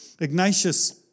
Ignatius